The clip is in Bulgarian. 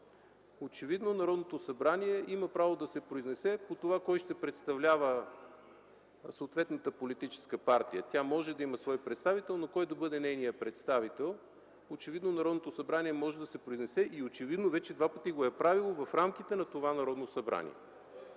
Очевидно Народното събрание има право да се произнесе по това кой ще представлява съответната политическа партия. Тя може да има свой представител, но кой да бъде той – очевидно Народното събрание може да се произнесе и очевидно вече два пъти го е правило в рамките на това Народно събрание.